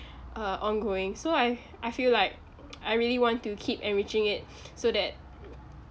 uh ongoing so I I feel like I really want to keep enriching it so that